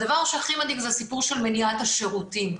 הדבר שהכי מדאיג זה הסיפור של מניעת השירותים.